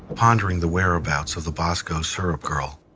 pondering the whereabouts of the bosco syrup girl,